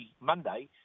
Monday